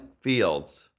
Fields